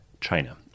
China